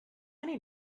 need